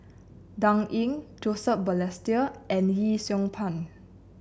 Dan Ying Joseph Balestier and Yee Siew Pun